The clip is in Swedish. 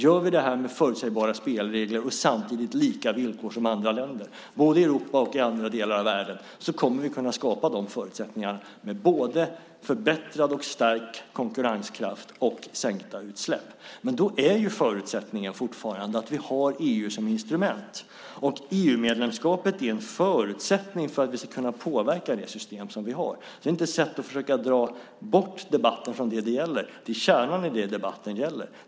Gör vi det här med förutsägbara spelregler och lika villkor som andra länder, både i Europa och i andra delar av världen, kommer vi att kunna skapa förutsättningar för både förbättrad och stärkt konkurrenskraft och sänkta utsläpp. Men då är förutsättningen fortfarande att vi har EU som ett instrument. EU-medlemskapet är en förutsättning för att vi ska kunna påverka det system som vi har. Det är inte ett sätt att försöka dra bort debatten från det den gäller. Det är kärnan i det debatten gäller.